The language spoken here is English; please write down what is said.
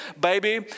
baby